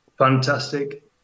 fantastic